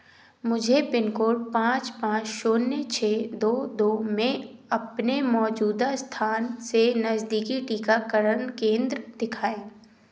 मुझे pin code पाँच पाँच शून्य छः दो दो में अपने मौजूदा स्थान से नज़दीकी टीकाकरण केंद्र दिखाएँ